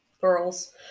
girls